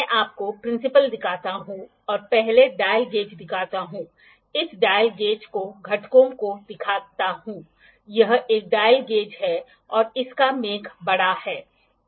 मैं आपको प्रिंसिपल दिखाता हूं और पहले डायल गेज दिखाता हूं इस डायल गेज के घटकों को दिखाता हूं यह एक डायल गेज है और इसका मेक बड़ा है